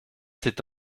c’est